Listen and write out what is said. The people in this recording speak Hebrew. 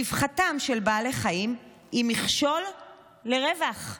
רווחתם של בעלי חיים היא מכשול לרווח.